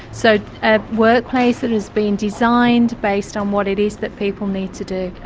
so a workplace that has been designed based on what it is that people need to do.